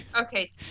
okay